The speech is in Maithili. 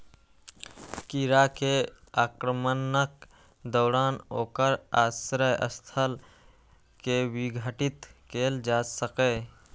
कीड़ा के आक्रमणक दौरान ओकर आश्रय स्थल कें विघटित कैल जा सकैए